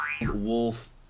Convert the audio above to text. wolf